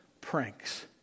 pranks